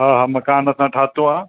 हा हा मकानु असां ठातो आहे